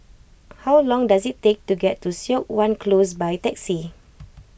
how long does it take to get to Siok Wan Close by taxi